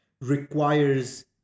requires